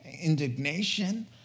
indignation